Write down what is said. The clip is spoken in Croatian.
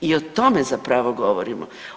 I o tome zapravo govorimo.